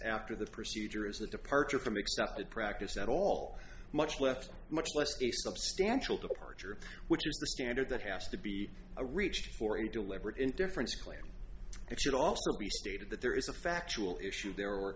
after the procedure is a departure from accepted practice at all much left much less a substantial departure which is the standard that has to be a reached for any deliberate indifference claim it should also be stated that there is a factual issue there